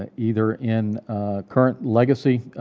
ah either in a current legacy